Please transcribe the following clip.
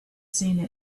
seen